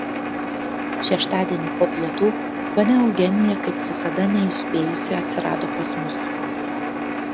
šeštadienį po pietų ponia eugenija kaip visada neįspėjusi atsirado pas mus